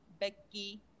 Becky